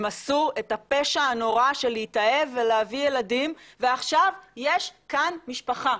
הם עשו את הפשע הנורא של להתאהב ולהביא ילדים ועכשיו יש כאן משפחה.